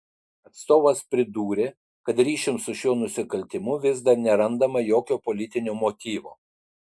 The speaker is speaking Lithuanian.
atstovas pridūrė kad ryšium su šiuo nusikaltimu vis dar nerandama jokio politinio motyvo